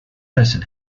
person